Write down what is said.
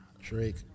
Drake